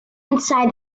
inside